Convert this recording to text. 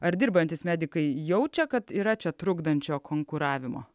ar dirbantys medikai jaučia kad yra čia trukdančio konkuravimo